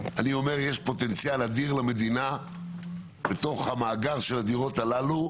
אני חושב שיש פוטנציאל אדיר למדינה בתוך המאגר של הדירות הללו,